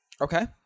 Okay